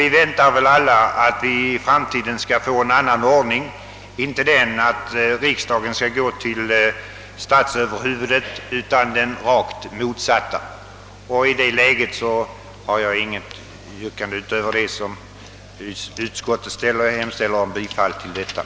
Vi väntar väl alla att vi för framtiden skall få en annan ordning som innebär att riksdagen inte skall behöva gå till statsöverhuvudet utan tvärtom. Jag har i nuvarande läge inget yrkande utöver vad utskottet hemställer.